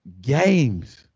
games